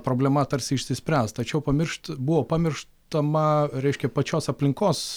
problema tarsi išsispręs tačiau pamiršt buvo pamirštama reiškia pačios aplinkos